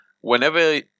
whenever